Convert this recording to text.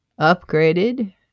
upgraded